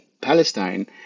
Palestine